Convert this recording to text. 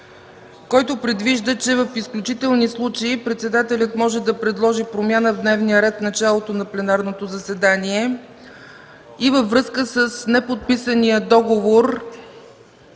който предвижда, че в изключителни случаи председателят може да предложи промяна в дневния ред в началото на пленарното заседание, във връзка с неподписания договор